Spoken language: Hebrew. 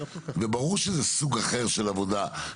ברור שזה סוג אחר של עבודה,